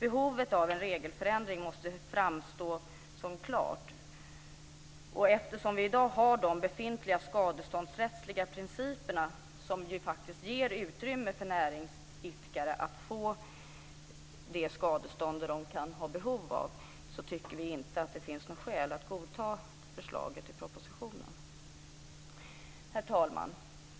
Behovet av en regelförändring framstår inte klart, och eftersom vi har befintliga skadeståndsrättsliga principer som ger utrymme för skadestånd till näringsidkare tycker vi inte att det finns några skäl att godta förslaget i propositionen. Herr talman!